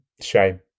Shame